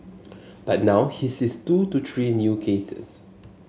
but now he sees two to three new cases